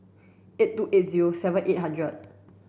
eight two eight zero seven eight hundred